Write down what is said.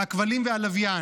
מהכבלים והלוויין,